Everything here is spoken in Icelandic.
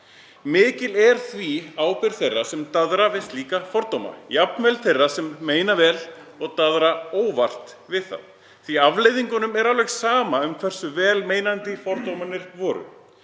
Mikil er því ábyrgð þeirra sem daðra við slíka fordóma, jafnvel þeirra sem meina vel og daðra óvart við þá. Afleiðingunum er alveg sama um hversu vel meinandi fordómarnir voru.